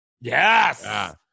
yes